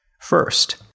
First